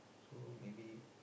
so maybe